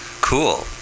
Cool